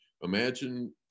Imagine